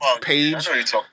page